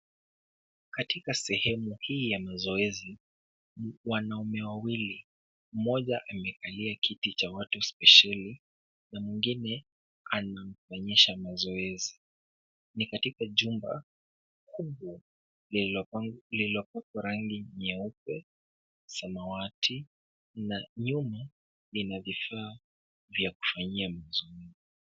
Katika sehemu hii ya mazoezi wanaume wawili mmoja amekalia kiti cha watu spesheli na mwingine anamwonyesha mazoezi. Ni katika jumba kubwa lililopakwa rangi nyeupe, samawati na nyuma lina vifaa vya kufanyia mazoezi.